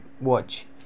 watch